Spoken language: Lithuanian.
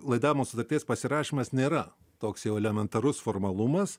laidavimo sutarties pasirašymas nėra toks jau elementarus formalumas